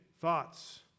thoughts